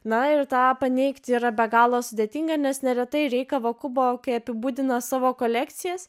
na ir tą paneigti yra be galo sudėtinga nes neretai rei kavakubo kai apibūdina savo kolekcijas